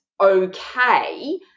okay